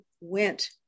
went